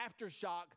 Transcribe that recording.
aftershock